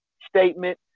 statement